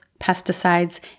pesticides